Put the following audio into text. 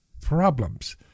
problems